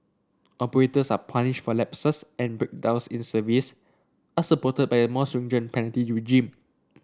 operators are punished for lapses and breakdowns in service and supported by a more stringent penalty regime